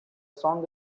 song